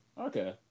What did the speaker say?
Okay